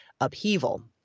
upheaval